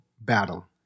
battle